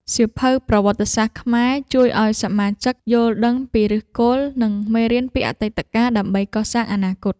សៀវភៅប្រវត្តិសាស្ត្រខ្មែរ ជួយឱ្យសមាជិកយល់ដឹងពីឫសគល់ និងមេរៀនពីអតីតកាលដើម្បីកសាងអនាគត។